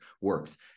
works